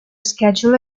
schedule